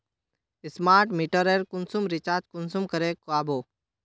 Smart मीटरेर कुंसम recharge कुंसम करे का बो?